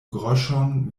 groŝon